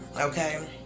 okay